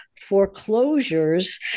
foreclosures